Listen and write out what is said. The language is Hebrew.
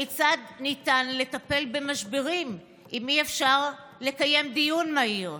כיצד ניתן לטפל במשברים אם אי-אפשר לקיים דיון מהיר?